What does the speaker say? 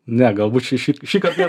ne galbūt šį šį šįkart ne